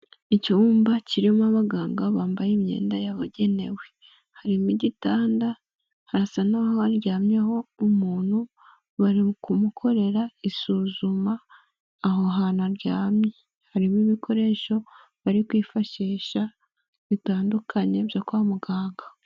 Icyumba kirimo abaganga bambaye imyenda yababugenewe, harimo igitanda hasa n'aho baryamyeho umuntu, bari kumukorera isuzuma aho hantu aryamye harimo ibikoresho bari kwifashisha bitandukanye byo kwa muganga.